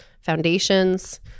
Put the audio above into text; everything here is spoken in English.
foundations